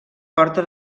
porta